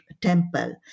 Temple